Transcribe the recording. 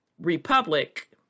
Republic